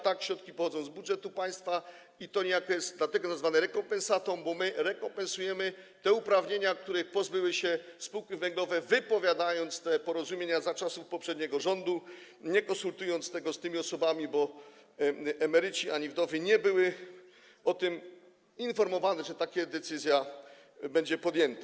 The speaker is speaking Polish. Tak, środki pochodzą z budżetu państwa i to niejako jest dlatego nazwane rekompensatą, bo my rekompensujemy te uprawnienia, których pozbyły się spółki węglowe, wypowiadając te porozumienia za czasów poprzedniego rządu, nie konsultując tego z tymi osobami, bo ani emeryci ani wdowy nie byli o tym informowani, że taka decyzja będzie podjęta.